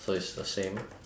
so it's the same